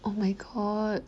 oh my god